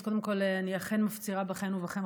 אז קודם כול אני אכן מפצירה בכם ובכן,